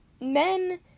men